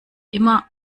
immer